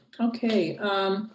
Okay